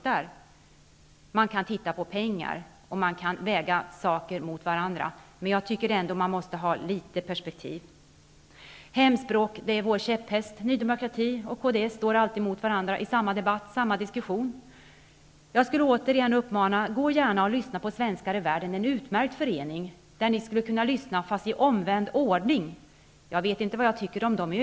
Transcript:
Man kan alltså titta på pengar, och man kan väga olika saker mot varandra. Men litet av perspektiv måste man ändå ha. Hemspråken är vår käpphäst. Ny demokrati och kds står alltid mot varandra i den debatten. Återigen skulle jag vilja rikta uppmaningen: Lyssna gärna på Svenskar i världen! Det är en utmärkt förening, där ni skulle kunna lyssna, men i omvänd ordning. Jag vet inte vad jag tycker i övrigt.